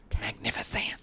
magnificent